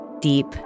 deep